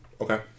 Okay